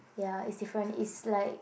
ya it's different it's like